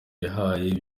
yahaye